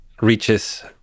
reaches